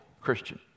Christian